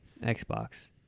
xbox